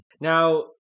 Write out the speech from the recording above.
Now